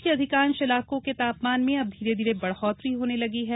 प्रदेश के अधिकांश इलाकों के तापमान में अब धीरे धीरे बढ़ोत्तरी होने लगी है